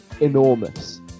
enormous